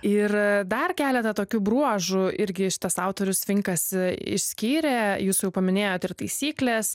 ir dar keletą tokių bruožų irgi šitas autorius finkas išskyrę jūs jau paminėjot ir taisykles